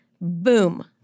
boom